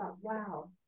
wow